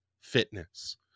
fitness